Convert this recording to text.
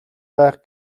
байх